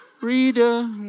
Reader